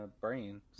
brain